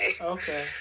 Okay